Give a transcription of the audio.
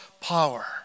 power